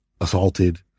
assaulted